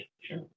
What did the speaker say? sure